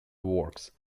works